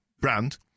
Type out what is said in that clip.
brand